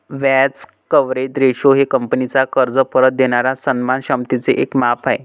व्याज coverage ratio हे कंपनीचा कर्ज परत देणाऱ्या सन्मान क्षमतेचे एक माप आहे